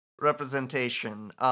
representation